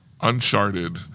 Uncharted